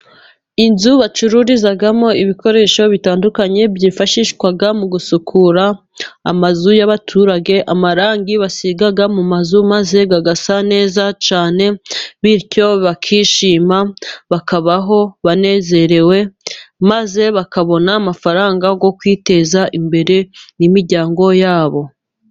inzu bacururizamo ibikoresho bitandukanye byifashishwa mu gusukura amazu y'abaturage, amarangi basiga mu mazu maze agasa neza cyane, bityo bakishima bakabaho banezerewe, maze bakabona amafaranga yo kwiteza imbere n'imiryango yabo.